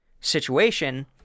situation